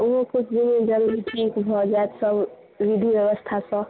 ओहो सब थोड़े दिनमे ठीक भऽ जाएत सब विधि ब्यवस्थासँ